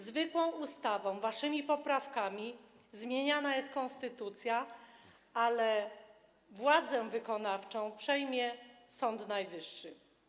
Zwykłą ustawą poprzez wasze poprawki zmieniana jest konstytucja, ale władzę wykonawczą przejmie Sąd Najwyższy.